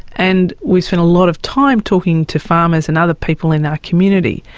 and we spent a lot of time talking to farmers and other people in our community,